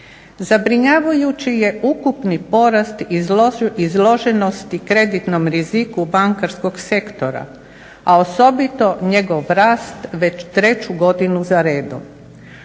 Zabrinjavajuće je ukupni porast izloženosti kreditnom riziku bankarskog sektora, a osobito njegov rast već 3 godinu za redom.